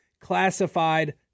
classified